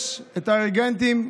יש את הריאגנטים,